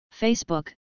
Facebook